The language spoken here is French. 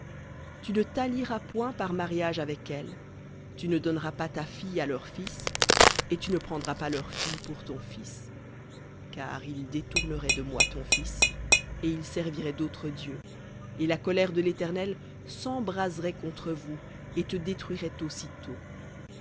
tu ne t'allieras point par mariage avec elles tu ne donneras pas ta fille à leur fils et tu ne prendras pas leur fille pour ton fils car ils détourneraient de moi ton fils et il servirait d'autres dieux et la colère de l'éternel s'embraserait contre vous et te détruirait aussitôt